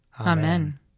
Amen